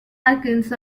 icons